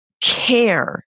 care